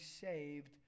saved